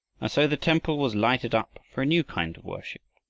and so the temple was lighted up for a new kind of worship.